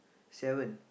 seven